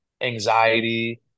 anxiety